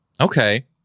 Okay